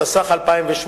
התשס"ח 2008,